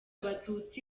abatutsi